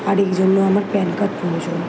আর এই জন্য আমার প্যান কার্ড প্রয়োজন